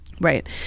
Right